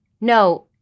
no